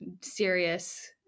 serious